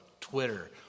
Twitter